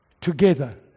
together